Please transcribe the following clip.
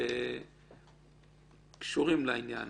שקשורים לעניין